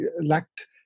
lacked